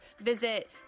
visit